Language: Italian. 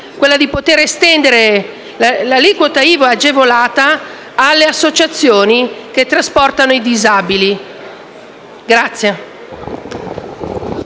richiesta di poter estendere l'aliquota IVA agevolata alle associazioni che trasportano i disabili.